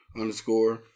underscore